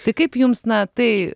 tai kaip jums na tai